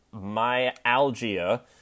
myalgia